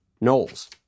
Knowles